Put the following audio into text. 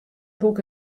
boek